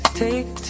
take